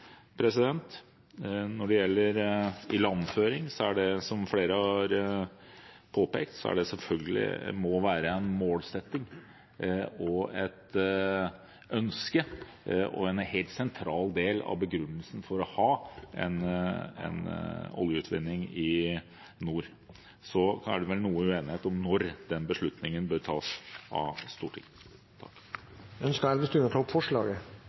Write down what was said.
Når det gjelder ilandføring, må det – som flere har påpekt – selvfølgelig være en målsetting og et ønske, og en helt sentral del av begrunnelsen for å ha oljeutvinning i nord. Så er det vel noe uenighet om når den beslutningen bør tas av Stortinget. Jeg tar opp de forslagene Venstre er med på. Representanten Ola Elvestuen har tatt opp